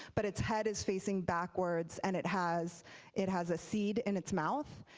but its head is facing backwards, and it has it has a seed in its mouth.